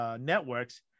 networks